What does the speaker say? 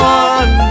one